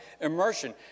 immersion